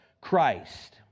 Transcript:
Christ